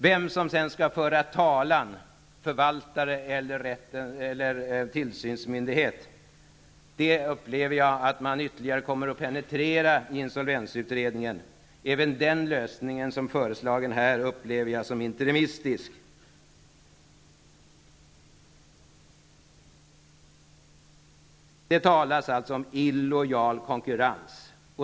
Vem som sedan skall föra talan -- förvaltare eller tillsynsmyndighet -- är en fråga som jag upplever att man i insolvensutredningen ytterligare kommer att penetrera. Även den här föreslagna lösningen upplever jag som interimistisk. Det talas alltså om illojal konkurrens.